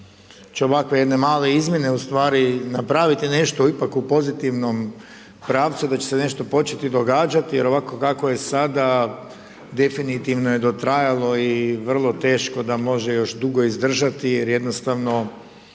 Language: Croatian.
će ovakve jedne male izmjene ustvari, napraviti nešto ipak u pozitivnom pravcu, već će se nešto početi događati, jer ovako kako je sada, definitivno je dotrajalo i vrlo teško da može još dugo izdržati, jer jednostavno,